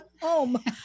home